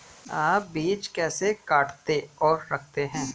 आप बीज कैसे काटते और रखते हैं?